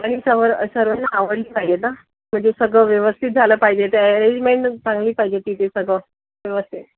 आणि सवर सर्वांना आवडली पाहिजे आहेत आं म्हणजे सगळं व्यवस्थित झालं पाहिजे ते ॲरेंजमेंट चांगली पाहिजे तिथे सगळं व्यवस्थित